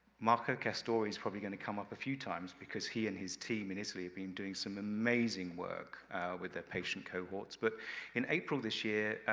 marco castori is probably going to come up a few times, because he and his team in italy have been doing some amazing work with their patient cohorts, but in april this year,